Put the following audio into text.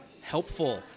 helpful